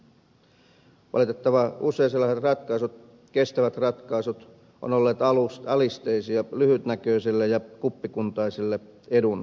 valitettavan usein sellaiset ratkaisut kestävät ratkaisut ovat olleet alisteisia lyhytnäköiselle ja kuppikuntaiselle edunvalvonnalle